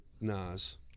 Nas